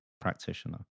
practitioner